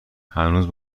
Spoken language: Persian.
هنوزم